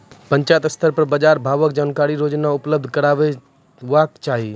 पंचायत स्तर पर बाजार भावक जानकारी रोजाना उपलब्ध करैवाक चाही?